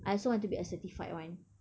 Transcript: I also want to be a certified one